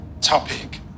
topic